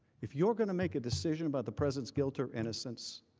if you are going to make a decision about the president's guilt or innocence,